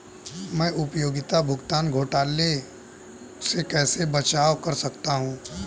मैं उपयोगिता भुगतान घोटालों से कैसे बचाव कर सकता हूँ?